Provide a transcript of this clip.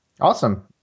Awesome